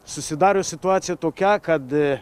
susidariusi situacija tokia kad